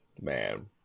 man